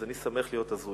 אז אני שמח להיות הזוי.